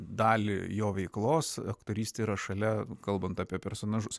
dalį jo veiklos aktorystė yra šalia kalbant apie personažus